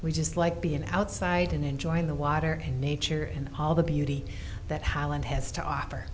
we just like being outside and enjoying the water and nature and all the beauty that holland has to offer